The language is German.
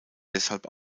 deshalb